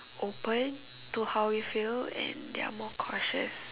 open to how we feel and they are more cautious